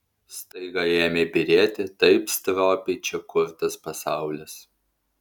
staiga ėmė byrėti taip stropiai čia kurtas pasaulis